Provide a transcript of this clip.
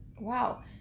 Wow